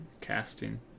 casting